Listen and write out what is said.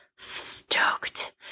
stoked